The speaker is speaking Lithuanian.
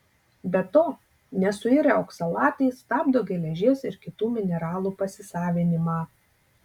be to nesuirę oksalatai stabdo geležies ir kitų mineralų pasisavinimą